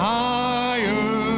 higher